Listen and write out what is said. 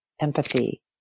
empathy